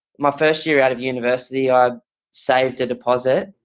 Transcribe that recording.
my first year out of university on site to deposit.